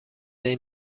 این